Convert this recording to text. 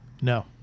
No